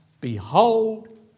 behold